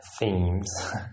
themes